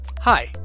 Hi